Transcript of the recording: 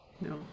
No